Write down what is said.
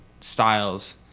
styles